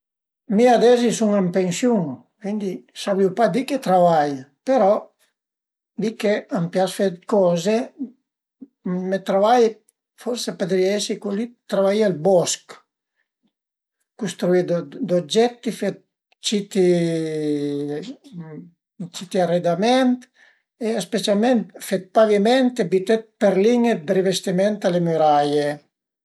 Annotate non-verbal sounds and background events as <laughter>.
Mi ades i sun ën pensiun, cuindi savrìu pa di che travai però vist che a m'pias de d'coze, me travai forsi a pëdrìa esi cozì travaié ël bosch, custruì d'oggetti, fe d'citti <hesitation> aredament e specialment fe d'paviment, büté d'perlin-e e d'rivestiment a le müraie